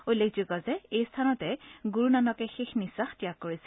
উল্লেখযোগ্য যে এই স্থানতে গুৰুনানকে শেষ নিখাস ত্যাগ কৰিছিল